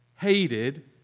hated